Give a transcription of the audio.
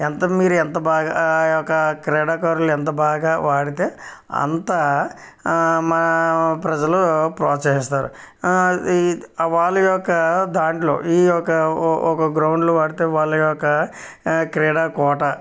ఎంత మీరు ఎంత బాగా ఆ యొక్క క్రీడాకారులు ఎంత బాగా ఆడితే అంతా మా ప్రజలు ప్రోత్సహిస్తారు ఇ వాళ్ళు యొక్క దాంట్లో ఈ యొక ఒ ఒక గ్రౌండ్లో ఆడితే వాళ్ళ యొక్క క్రీడా కోట